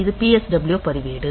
இது PSW பதிவேடு